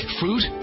fruit